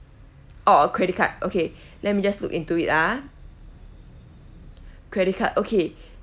orh a credit card okay let me just look into it ah credit card okay